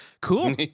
Cool